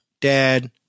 dad